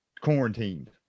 quarantined